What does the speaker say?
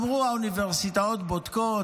אמרו: האוניברסיטאות בודקות,